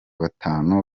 batanu